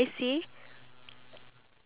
okay ya